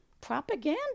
propaganda